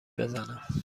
بزنم